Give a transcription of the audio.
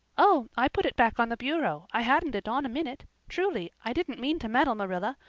oh, i put it back on the bureau. i hadn't it on a minute. truly, i didn't mean to meddle, marilla.